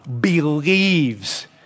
believes